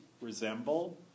resemble